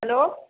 hello